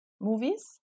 movies